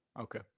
Okay